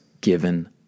given